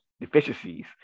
deficiencies